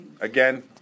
Again